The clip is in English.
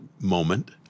moment